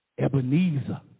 Ebenezer